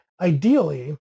ideally